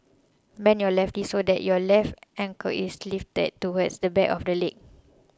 bend your left so that your left ankle is lifted towards the back of the leg